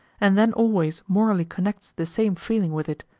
and then always morally connects the same feeling with it,